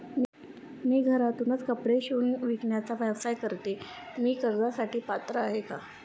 मी घरातूनच कपडे शिवून विकण्याचा व्यवसाय करते, मी कर्जासाठी पात्र आहे का?